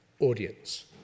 Audience